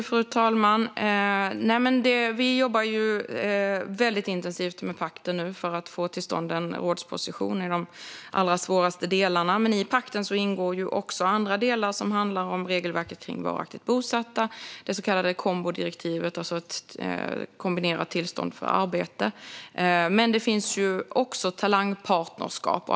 Fru talman! Vi jobbar väldigt intensivt med pakten nu för att få till stånd en rådsposition i de allra svåraste delarna. Men i pakten ingår även andra delar som till exempel handlar om regelverket kring varaktigt bosatta och det så kallade kombodirektivet, som är ett kombinerat tillstånd för arbete. Det finns också talangpartnerskap.